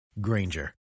Granger